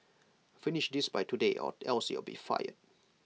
finish this by tomorrow or else you'll be fired